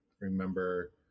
remember